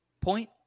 point